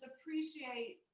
appreciate